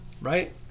right